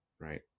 right